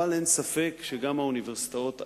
אבל אין ספק שגם האוניברסיטאות הקיימות,